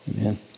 Amen